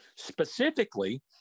specifically